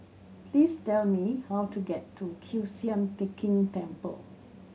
please tell me how to get to Kiew Sian King Temple